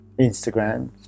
Instagram